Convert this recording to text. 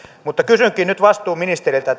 mutta kysynkin nyt vastuuministeriltä